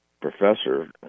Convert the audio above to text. Professor